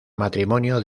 matrimonio